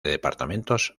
departamentos